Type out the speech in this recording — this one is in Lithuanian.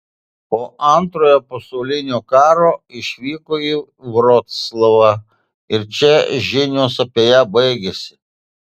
po antrojo pasaulinio karo išvyko į vroclavą ir čia žinios apie ją baigiasi